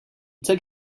took